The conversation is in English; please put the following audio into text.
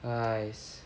!hais!